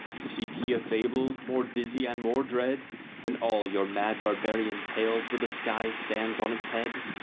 seek ye a fable more dizzy and more dread than all your mad barbarian tales where the sky stands on its head?